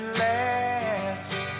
last